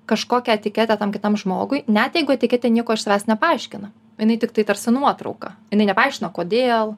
kažkokią etiketę tam kitam žmogui net jeigu etiketė nieko iš savęs nepaaiškina jinai tiktai tarsi nuotrauka jinai nepaaiškina kodėl